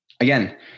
Again